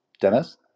dennis